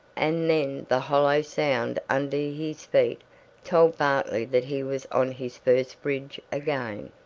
and then the hollow sound under his feet told bartley that he was on his first bridge again.